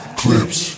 clips